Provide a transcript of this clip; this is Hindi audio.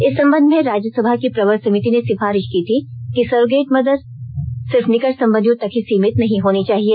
इस संबंध में राज्यसभा की प्रवर समिति ने सिफारिश की थी कि सरोगेट माता सिर्फ निकट संबंधियों तक ही सीमित नहीं होनी चाहिए